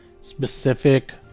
specific